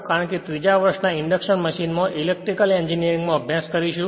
કારણ કે ત્રીજા વર્ષના ઇન્ડક્શન મશીનમાં ઇલેક્ટ્રિકલ એન્જિનિયરિંગમાં અભ્યાસ કરીશું